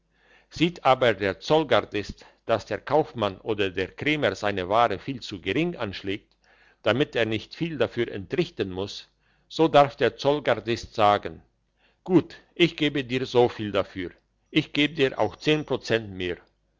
sieht aber der zollgardist dass der kaufmann oder der krämer seine ware viel zu gering anschlägt damit er nicht viel dafür entrichten muss so darf der zollgardist sagen gut ich gebe dir so viel dafür ich geb dir auch zehn prozent mehr